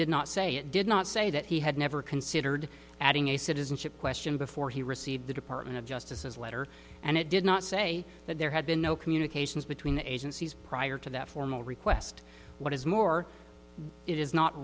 did not say it did not say that he had never considered adding a citizenship question before he received the department of justice's letter and it did not say that there had been no communications between agencies prior to that formal request what is more it is not